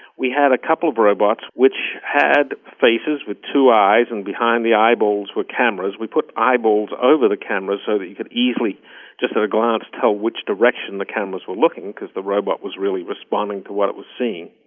we had a couple of robots which had faces, with two eyes, and behind the eyeballs were cameras. we put eyeballs over the cameras so that you could easily just at a glance tell which direction the cameras were looking because the robot was really responding to what it was seeing.